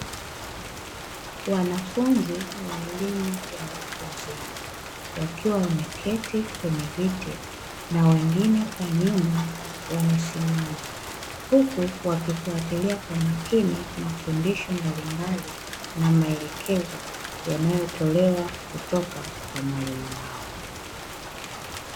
Wanafunzi wa elimu ya watu wazima, wakiwa wameketi kwenye viti na wengine kwa nyumba wamesimama, huku wakifuatilia kwa makini mafundisho mbalimbali na maelekezo yanayotolewa kutoka kwa mwalimu wao.